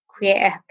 Create